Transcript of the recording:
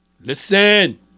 listen